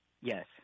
Yes